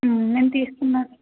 నేను తీసుకున్నాక